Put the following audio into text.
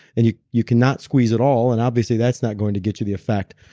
and you you cannot squeeze at all and obviously that's not going to get you the effect,